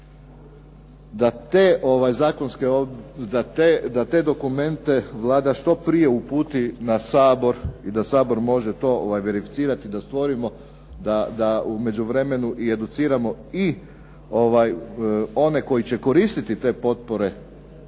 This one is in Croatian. dvije godine, da te dokumente Vlada što prije uputi na Sabor i da Sabor može to verificirati, da stvorimo, da u međuvremenu i educiramo i one koji će koristiti te potpore